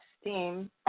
steam